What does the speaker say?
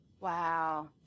wow